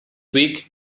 week